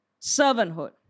servanthood